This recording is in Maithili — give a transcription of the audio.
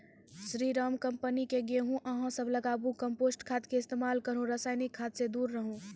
स्री राम कम्पनी के गेहूँ अहाँ सब लगाबु कम्पोस्ट खाद के इस्तेमाल करहो रासायनिक खाद से दूर रहूँ?